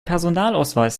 personalausweis